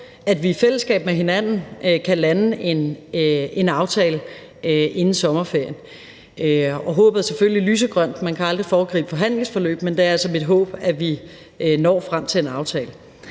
at vi i fællesskab kan lande en aftale inden sommerferien. Håbet er selvfølgelig lysegrønt; man kan aldrig foregribe et forhandlingsforløb, men det er altså mit håb, at vi når frem til en aftale.